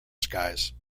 skies